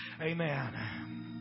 Amen